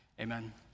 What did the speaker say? amen